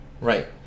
Right